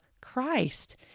Christ